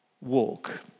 walk